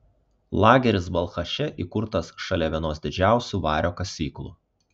lageris balchaše įkurtas šalia vienos didžiausių vario kasyklų